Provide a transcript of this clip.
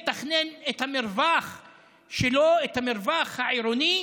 הוא רוצה לתכנן את המרווח שלו, את המרווח העירוני,